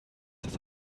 das